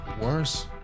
worse